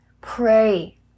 Pray